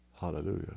Hallelujah